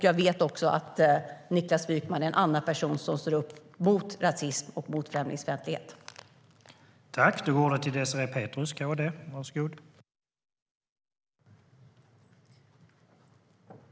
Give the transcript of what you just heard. Jag vet också att Niklas Wykman är en annan person som står upp mot rasism och mot främlingsfientlighet.